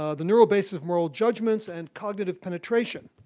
ah the neural basis of moral judgments, and cognitive penetration.